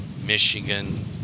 michigan